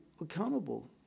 accountable